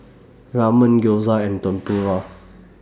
Ramen Gyoza and Tempura